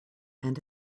and